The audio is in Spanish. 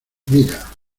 mira